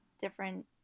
different